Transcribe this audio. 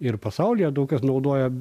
ir pasaulyje daug kas naudoja